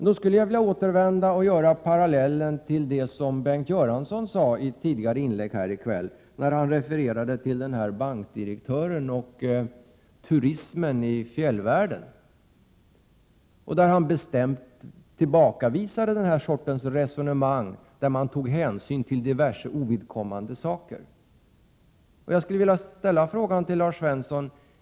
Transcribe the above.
Jag skulle då vilja dra en parallell mellan detta och det som Bengt Göransson sade i sitt inlägg tidigare i kväll då han refererade till en bankdirektör och turismen i fjällvärlden. Han tillbakavisade då bestämt den sortens resonemang där man tar hänsyn till diverse ovidkommande saker. Jag vill därför ställa en fråga till Lars Svensson.